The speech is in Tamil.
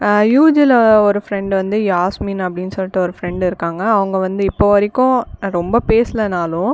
யூஜியில் ஒரு ஃப்ரெண்ட் வந்து யாஸ்மின் அப்படின்னு சொல்லிட்டு ஒரு ஃப்ரெண்ட் இருக்காங்கள் அவங்க வந்து இப்போ வரைக்கும் ரொம்ப பேசுலேனாலும்